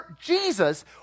Jesus